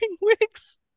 wigs